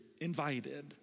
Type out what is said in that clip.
invited